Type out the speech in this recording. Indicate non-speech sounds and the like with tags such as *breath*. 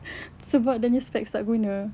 *breath* sebab dia punya specs tak guna